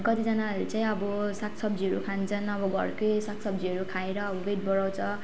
अनि कतिजनाहरूले चाहिँ अब साग सब्जीहरू खान्छन् अब घरकै साग सब्जीहरू खाएर वेट बढाउँछ